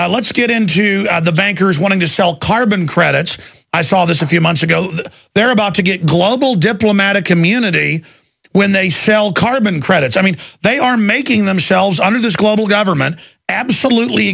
three let's get into the bankers wanting to sell carbon credits i saw this a few months ago that they're about to get global diplomatic community when they sell the carbon credits i mean they are making themselves under this global government absolutely